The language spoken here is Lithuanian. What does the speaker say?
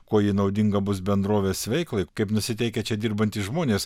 kuo ji naudinga bus bendrovės veiklai kaip nusiteikę čia dirbantys žmonės